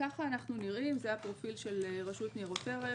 כך אנחנו נראים, זה הפרופיל של רשות ניירות ערך.